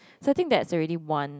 so think that's already one